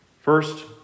First